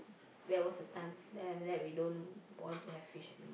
that was the time then after that we don't want to have fish anymore